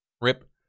Rip